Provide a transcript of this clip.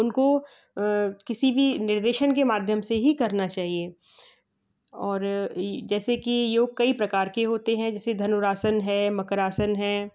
उनको किसी भी निर्देशन के माध्यम से ही करना चाहिए और जैसे कि योग कई प्रकार के होते है धनुरासन है मकरासन है